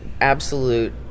absolute